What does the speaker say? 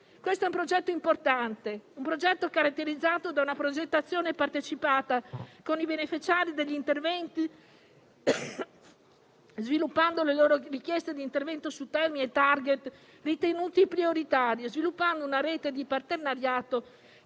Questo è un progetto importante, caratterizzato da una progettazione partecipata con i beneficiari degli interventi, sviluppando le loro richieste di intervento su temi e *target* ritenuti prioritari e sviluppando una rete di partenariato